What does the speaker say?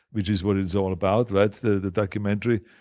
which is what it's all about, right, the documentary.